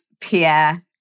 Pierre